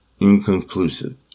inconclusive